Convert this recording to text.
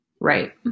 Right